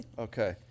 Okay